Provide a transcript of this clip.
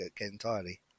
entirely